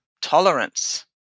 tolerance